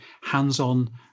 hands-on